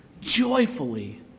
joyfully